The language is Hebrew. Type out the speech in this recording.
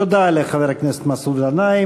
תודה לחבר הכנסת מסעוד גנאים.